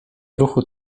ruchu